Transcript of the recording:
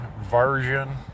version